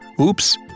Oops